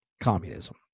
communism